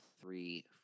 three